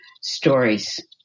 stories